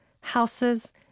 houses